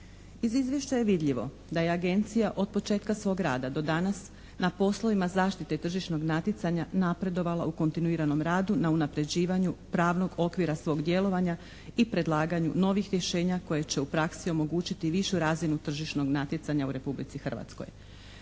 Iz izvješća je vidljivo da je Agencija od početka svog rada do danas na poslovima zaštite tržišnog natjecanja napredovala u kontinuiranom radu na unapređivanju pravnog okvira svog djelovanja i predlaganju novih rješenja koja će u praksi omogućiti višu razinu tržišnog natjecanja u Republici Hrvatskoj.